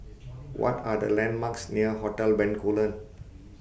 What Are The landmarks near Hotel Bencoolen